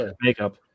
makeup